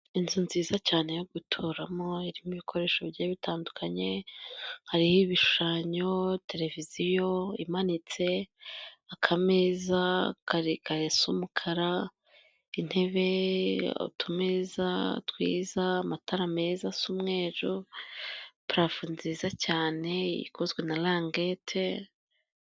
Inzu nziza cyane yo guturamo irimo ibikoresho bigiye bitandukanye, hariho ibishushanyo, televiziyo imanitse, akameza karekare gasa umukara, intebe, utumeza twiza, amatara meza asa umweru, parafo nziza cyane ikozwe na langete.